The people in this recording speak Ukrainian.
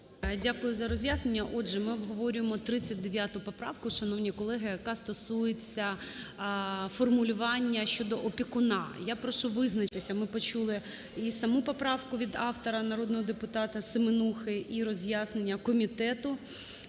Дякую за роз'яснення. Отже, ми обговорюємо 39 поправку, шановні колеги, яка стосується формулювання щодо опікуна. Я прошу визначитися. Ми почули і саму поправку від автора – народного депутатаСеменухи, і роз'яснення комітету